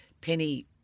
Penny